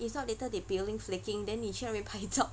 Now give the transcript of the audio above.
if not later they peeling flaking then 你 straightaway 拍照